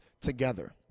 together